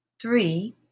three